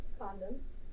condoms